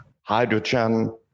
hydrogen